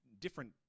different